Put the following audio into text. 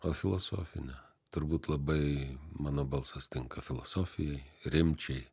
o filosofinę turbūt labai mano balsas tinka filosofijai rimčiai